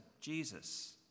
Jesus